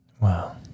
wow